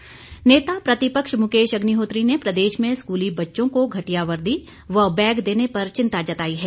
अग्निहोत्री नेता प्रतिपक्ष मुकेश अग्निहोत्री ने प्रदेश में स्कूली बच्चों को घटिया वर्दी व बैग देने पर चिंता जताई है